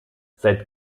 seit